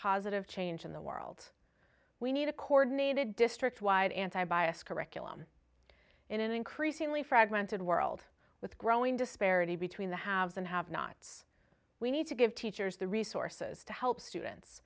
positive change in the world we need a coordinated district wide anti bias curriculum in an increasingly fragmented world with growing disparity between the haves and have nots we need to give teachers the resources to help students